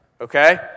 Okay